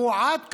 והוא עד כה,